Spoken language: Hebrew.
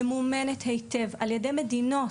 ממומנת היטב על ידי מדינות,